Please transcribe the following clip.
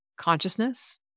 consciousness